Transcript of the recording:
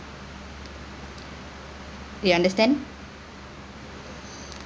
you understand